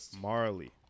Marley